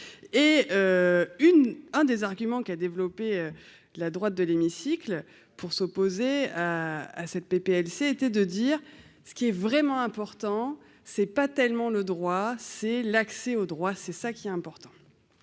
un des arguments qui a développé la droite de l'hémicycle pour s'opposer. Ah, cette PPL, c'était de dire ce qui est vraiment important c'est pas tellement le droit, c'est l'accès au droit, c'est ça qui est important,